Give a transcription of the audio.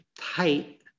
tight